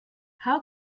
how